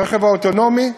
ברכב האוטונומי,